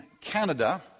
Canada